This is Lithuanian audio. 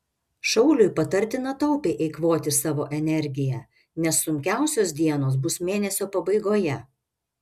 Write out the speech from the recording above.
šauliui patartina taupiai eikvoti savo energiją nes sunkiausios dienos bus mėnesio pabaigoje